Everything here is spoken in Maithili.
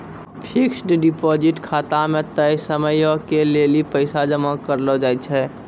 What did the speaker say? फिक्स्ड डिपॉजिट खाता मे तय समयो के लेली पैसा जमा करलो जाय छै